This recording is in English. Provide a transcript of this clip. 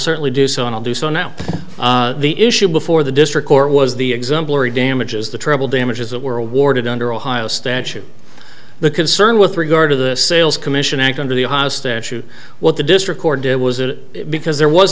certainly do so and i'll do so now the issue before the district court was the exemplary damages the treble damages that were awarded under ohio statute the concern with regard to the sales commission act under the house there shoot what the district court did was it because there was